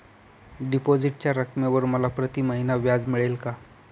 डिपॉझिटच्या रकमेवर मला प्रतिमहिना व्याज मिळेल का?